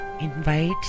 Invite